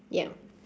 ya